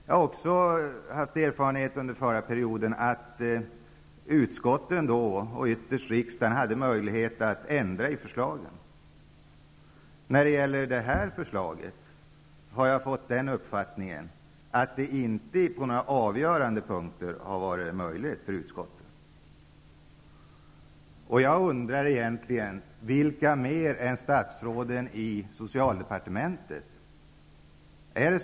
Jag har också från förra mandatperioden erfarenhet av att utskotten och ytterst riksdagen hade möjlighet att ändra i förslagen. När det gäller det här förslaget har jag fått den uppfattningen, att det inte på några avgörande punkter har varit möjligt för utskottet. Jag undrar vilka förutom statsråden i socialdepartementet som egentligen står bakom det här förslaget.